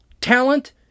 Talent